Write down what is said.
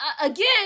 again